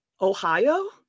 Ohio